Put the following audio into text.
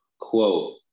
quote